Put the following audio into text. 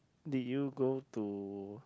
did you go to